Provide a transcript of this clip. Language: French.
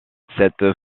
cette